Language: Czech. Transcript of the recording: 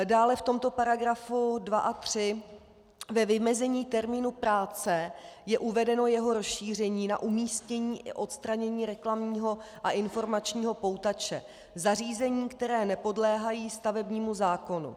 Dále v tomto § 2 a 3 ve vymezení termínu práce je uvedeno jeho rozšíření na umístění i odstranění reklamního a informačního poutače zařízení, která nepodléhají stavebnímu zákonu.